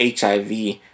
HIV